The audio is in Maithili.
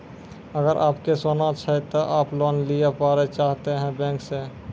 अगर आप के सोना छै ते आप लोन लिए पारे चाहते हैं बैंक से?